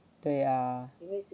对啊